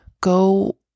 Go